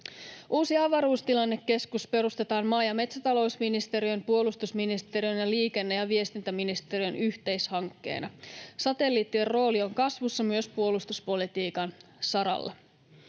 Uusi avaruustilannekeskus perustetaan maa- ja metsätalousministeriön, puolustusministeriön ja liikenne- ja viestintäministeriön yhteishankkeena. Satelliittien rooli on kasvussa, myös puolustuspolitiikan saralla.